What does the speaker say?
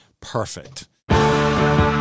perfect